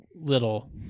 little